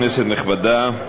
כנסת נכבדה,